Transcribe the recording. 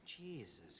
Jesus